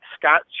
Scott